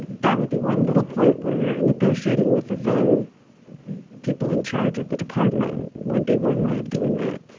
that would be one little point were negotiating with the then people in charge of the department would be one way of doing that.